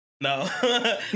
No